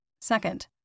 Second